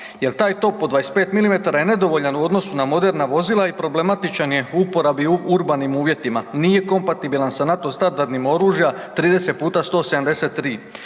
jer taj top od 25 mm je nedovoljan u odnosu na moderna vozila i problematičan je u uporabi u urbanim uvjetima, nije kompatibilan sa NATO-ovim standardom oružja, 30x173.